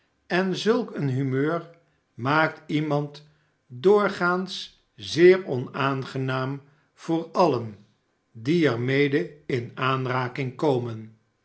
erv zulk een humeur raaakt iemand doorgaans zeer onaangenaam voor alien die er mede in aanraking komen